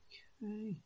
Okay